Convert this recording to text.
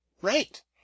right